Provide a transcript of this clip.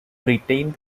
retained